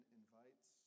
invites